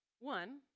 One